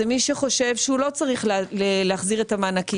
זה מי שחושב שהוא לא צריך להחזיר את המענקים,